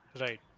Right